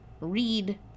read